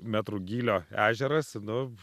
metrų gylio ežeras nu